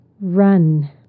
run